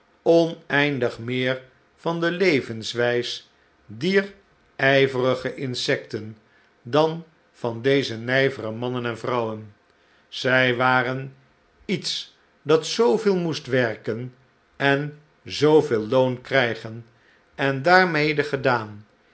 oneindig meer van de levenswijs dier ijverige insecten dan van deze nijvere mannen en vrouwen zij waren iets dat zooveel moest werken en zooveel loon krijgen en daarmede gedaan